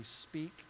speak